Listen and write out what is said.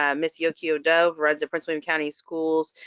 um miss yokio dove runs a prince williams county schools,